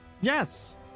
yes